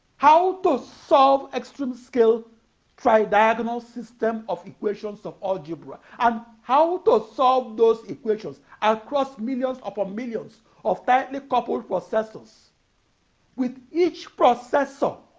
how to solve extreme-scale tri-diagonal system of equations of algebra and how to solve those equations across millions upon millions of tightly-coupled processors with each processor